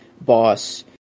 boss